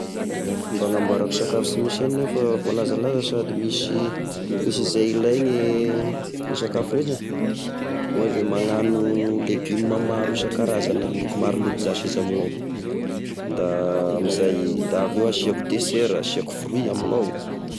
Gne fomba hagnamboarako sakafo sy misy hena voalanjalanja nefa misy izay ilainy gne e sakafo rehetra: ohatra magnano legioma maro isakarazany aho, aniko maro loky zasy izy amignao, da amzay, da avy eo asiako desera, asiako fruit amignao.